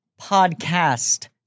podcast